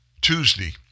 Tuesday